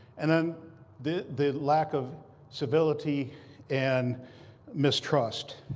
and then the the lack of civility and mistrust.